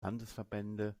landesverbände